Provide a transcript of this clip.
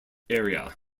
area